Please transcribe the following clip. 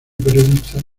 periodista